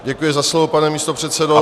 Děkuji za slovo, pane místopředsedo.